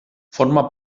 forma